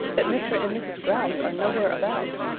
that mr. and mrs. grouse are nowhere about.